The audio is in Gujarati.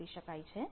માપી શકાય છે